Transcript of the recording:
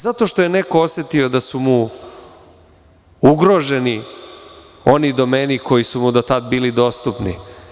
Zato što je neko osetio da su mu ugroženi oni domeni koji su mu do tada bili dostupni.